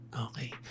okay